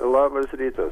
labas rytas